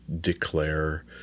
declare